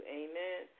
amen